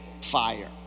fire